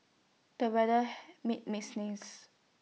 the weather made me sneeze